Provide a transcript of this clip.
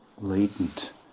latent